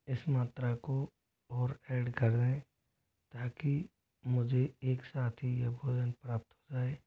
इस मात्रा को और ऐड कर दें ताकि मुझे एक साथ ही यह भोजन प्राप्त हो जाए